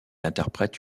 interprète